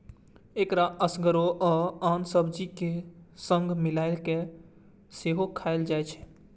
एकरा एसगरो आ आन सब्जीक संग मिलाय कें सेहो खाएल जाइ छै